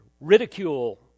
Ridicule